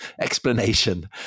explanation